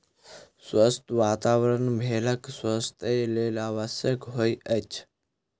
स्वच्छ वातावरण भेड़क स्वास्थ्यक लेल आवश्यक होइत अछि